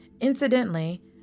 Incidentally